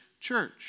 church